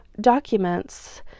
documents